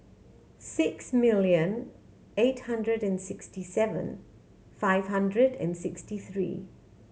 six million eight hundred and sixty seven five hundred and sixty three